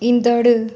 ईंदड़ु